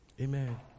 Amen